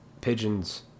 pigeons